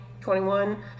21